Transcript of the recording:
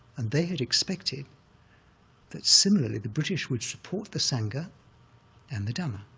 and they had expected that similarly, the british would support the sangha and the dhamma,